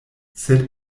sed